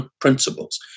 principles